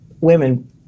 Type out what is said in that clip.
women